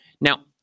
Now